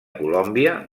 colòmbia